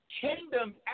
Kingdom